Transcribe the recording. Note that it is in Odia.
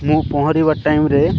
ମୁଁ ପହଁରିବା ଟାଇମ୍ରେ